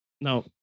Now